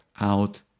Out